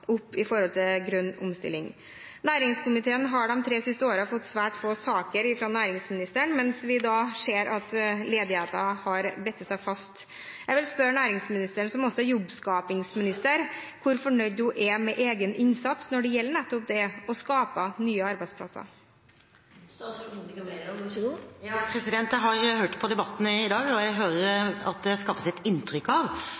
opp med tanke på grønn omstilling. Næringskomiteen har de tre siste årene fått svært få saker fra næringsministeren, mens vi ser at ledigheten har bitt seg fast. Jeg vil spørre næringsministeren, som også er jobbskapingsminister, om hvor fornøyd hun er med egen innsats når det gjelder nettopp det å skape nye arbeidsplasser. Jeg har hørt på debatten i dag, og jeg hører at det skapes et inntrykk av